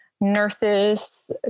nurses